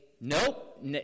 nope